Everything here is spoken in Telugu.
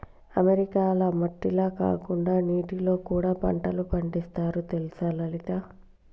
అమెరికాల మట్టిల కాకుండా నీటిలో కూడా పంటలు పండిస్తారు తెలుసా లలిత